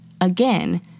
Again